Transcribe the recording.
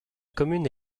commune